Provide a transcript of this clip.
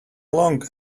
long